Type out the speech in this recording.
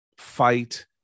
fight